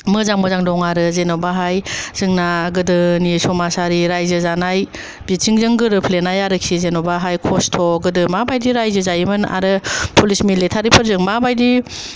मोजां मोजां दं आरो जेनबाहाय जोंना गोदोनि समाजारि रायजो जानाय बिथिंजों गोरोबफ्लेनाय आरोखि जेनबाहाय खस्थ गोदो माबायदि रायजो जायोमोन आरो पुलिस मेलेथारि फोरजों माबायदि